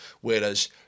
Whereas